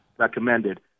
recommended